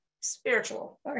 spiritual